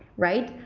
right.